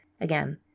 Again